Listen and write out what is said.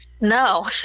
No